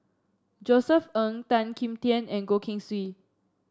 Josef Ng Tan Kim Tian and Goh Keng Swee